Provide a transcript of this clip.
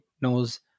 knows